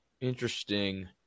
Interesting